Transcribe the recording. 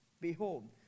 Behold